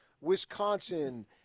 Wisconsin